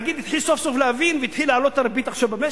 הנגיד התחיל סוף-סוף להבין והתחיל להעלות את הריבית עכשיו במשק.